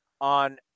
on